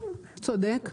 צודק.